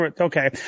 Okay